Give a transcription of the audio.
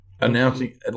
Announcing